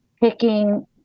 picking